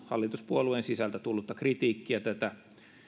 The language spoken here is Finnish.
hallituspuolueen sisältä tullutta kritiikkiä tätä